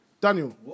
Daniel